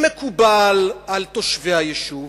שמקובל על תושבי היישוב,